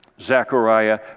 Zechariah